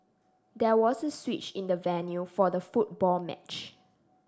there was a switch in the venue for the football match